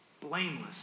blameless